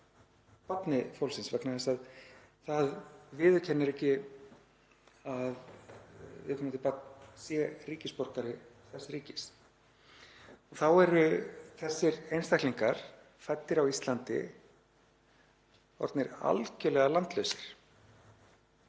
barni fólksins vegna þess að það viðurkennir ekki að viðkomandi barn sé ríkisborgari þess ríkis. Þá eru þessir einstaklingar, fæddir á Íslandi, orðnir algerlega landlausir.